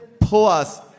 plus